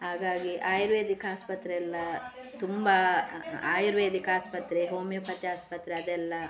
ಹಾಗಾಗಿ ಆಯುರ್ವೇದಿಕ್ ಆಸ್ಪತ್ರೆ ಎಲ್ಲ ತುಂಬಾ ಆಯುರ್ವೇದಿಕ್ ಆಸ್ಪತ್ರೆ ಹೋಮಿಯೋಪತಿ ಆಸ್ಪತ್ರೆ ಅದೆಲ್ಲ